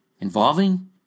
involving